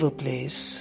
place